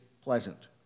pleasant